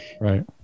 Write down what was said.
Right